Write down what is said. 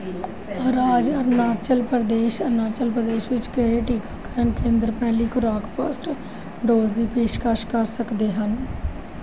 ਰਾਜ ਅਰੁਣਾਚਲ ਪ੍ਰਦੇਸ਼ ਅਰੁਣਾਚਲ ਪ੍ਰਦੇਸ਼ ਵਿੱਚ ਕਿਹੜੇ ਟੀਕਾਕਰਨ ਕੇਂਦਰ ਪਹਿਲੀ ਖੁਰਾਕ ਫਸਟ ਡੋਜ ਦੀ ਪੇਸ਼ਕਸ਼ ਕਰ ਸਕਦੇ ਹਨ